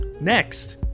next